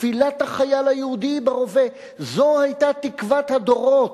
תפילת החייל היהודי ברובה, זו היתה תקוות הדורות.